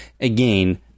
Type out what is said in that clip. Again